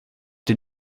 did